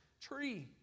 tree